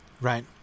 right